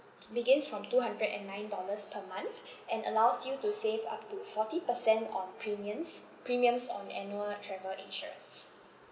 begins from two hundred and nine dollars per month and allows you to save up to forty percent on premiums premiums on annual travel insurance